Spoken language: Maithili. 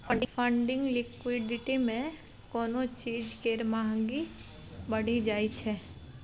फंडिंग लिक्विडिटी मे कोनो चीज केर महंगी बढ़ि जाइ छै